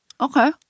Okay